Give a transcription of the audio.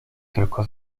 tylko